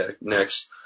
next